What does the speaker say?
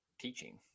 teaching